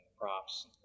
props